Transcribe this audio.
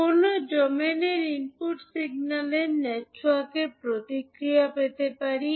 কোনও ডোমেইনের ইনপুট সিগন্যালের নেটওয়ার্কের প্রতিক্রিয়া পেতে পারি